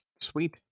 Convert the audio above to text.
Sweet